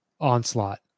onslaught